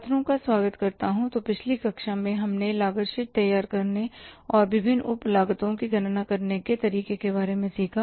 छात्रों का स्वागत करता हूं तो पिछली कक्षा में हमने लागत शीट तैयार करने और विभिन्न उप लागतों की गणना करने के तरीके के बारे में सीखा